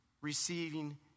receiving